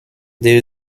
there